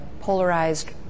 polarized